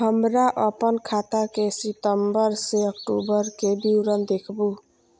हमरा अपन खाता के सितम्बर से अक्टूबर के विवरण देखबु?